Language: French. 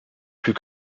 plus